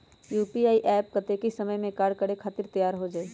UPI app कतेइक समय मे कार्य करे खातीर तैयार हो जाई?